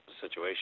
situation